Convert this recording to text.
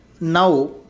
now